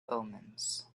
omens